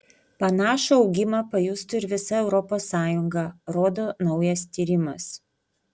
panašų augimą pajustų ir visa europos sąjunga rodo naujas tyrimas